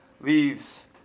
leaves